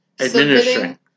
Administering